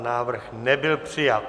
Návrh nebyl přijat.